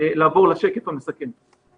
לעבור לשקף המסכם.